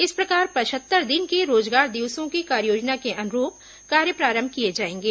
इस प्रकार पचहत्तर दिन के रोजगार दिवसों की कार्ययोजना के अनुरूप कार्य प्रारंभ किए जाएंगे